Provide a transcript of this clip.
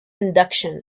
induction